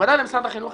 בוודאי שלמשרד החינוך,